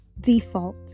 default